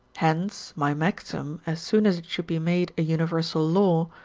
hence my maxim, as soon as it should be made a universal law,